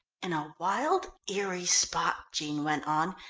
in a wild, eerie spot, jean went on,